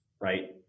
right